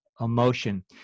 emotion